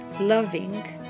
loving